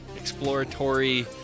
exploratory